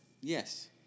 Yes